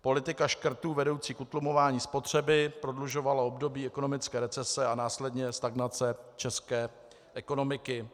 Politika škrtů vedoucí k utlumování spotřeby prodlužovala období ekonomické recese a následné stagnace české ekonomiky.